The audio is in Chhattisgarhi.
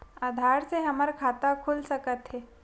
आधार से हमर खाता खुल सकत हे?